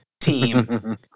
team